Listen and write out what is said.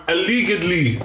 Allegedly